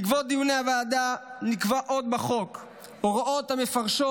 בעקבות דיוני הוועדה נקבעו עוד בחוק הוראות המפרשות